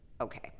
Okay